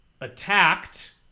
attacked